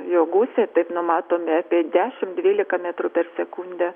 jo gūsiai taip numatomi apie dešimt dvylika metrų per sekundę